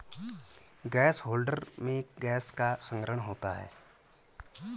gas holder में gas का संग्रहण होता है